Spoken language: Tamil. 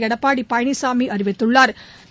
எடப்பாடிபழனிசாமிஅறிவித்துள்ளாா்